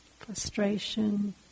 Frustration